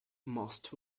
most